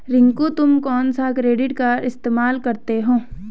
रिंकू तुम कौन सा क्रेडिट कार्ड इस्तमाल करते हो?